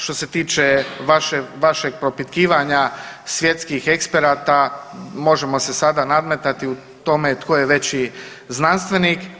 Što se tiče vašeg propitkivanja svjetskih eksperata možemo se sada nadmetati u tome tko je veći znanstvenik.